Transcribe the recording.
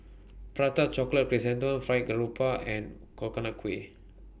Prata Chocolate Chrysanthemum Fried Grouper and Coconut Kuih